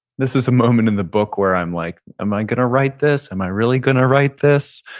this is a moment in the book where i'm like, am i gonna write this? am i really gonna write this?